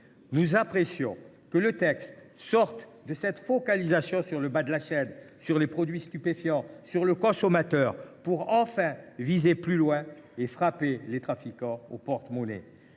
Nous apprécions que le texte sorte de la focalisation sur le bas de la chaîne, les produits stupéfiants, le consommateur, pour enfin viser plus loin, frapper les trafiquants au porte monnaie